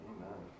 Amen